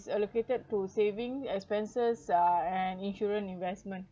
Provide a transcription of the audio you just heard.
allocated to saving expenses uh and insurance investment